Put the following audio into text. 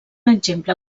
exemple